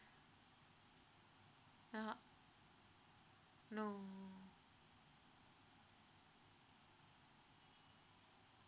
(uh huh) no